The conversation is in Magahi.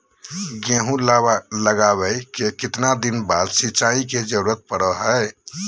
गेहूं लगावे के कितना दिन बाद सिंचाई के जरूरत पड़ो है?